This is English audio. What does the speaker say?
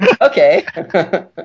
okay